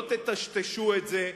לא תטשטשו את זה.